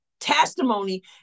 testimony